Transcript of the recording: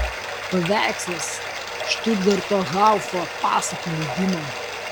paveikslas štutgarto haufo pasakų leidimo